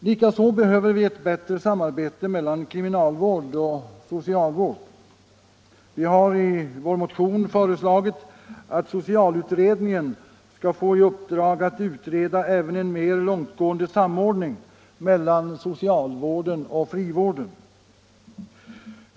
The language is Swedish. Likaså behöver vi ett bättre samarbete mellan kriminalvård och socialvård. Vi har i vår motion föreslagit att socialutredningen skall få i uppdrag att utreda även en mer långtgående samordning mellan socialvården och frivården.